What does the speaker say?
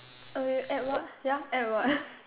uh add what ya add what